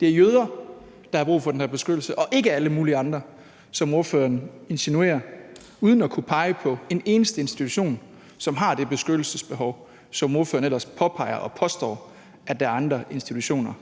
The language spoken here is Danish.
Det er jøder, der har brug for den her beskyttelse, og ikke alle mulige andre, sådan som ordføreren insinuerer uden at kunne pege på en eneste institution, som har det beskyttelsesbehov, som ordføreren ellers påpeger og påstår at andre institutioner